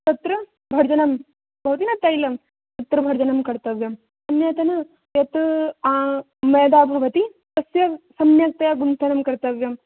तत्र भर्जनं भवति न तैलं तत्र भर्जनं कर्तव्यं अन्यत् यत् मैदा भवति तस्य सम्यक्तया गुन्थनं कर्तव्यं